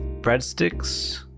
breadsticks